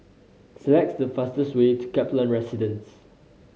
select the fastest way to Kaplan Residence